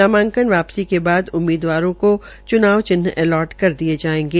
नामांकन वापसी के बाद उम्मीदवारों का च्नाव चिन्ह एलाट कर दिये जायेंगे